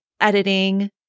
editing